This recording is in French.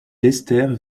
lester